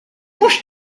mhux